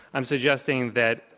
i'm suggesting that,